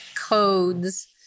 codes